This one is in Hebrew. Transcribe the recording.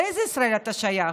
לאיזה ישראל אתה שייך?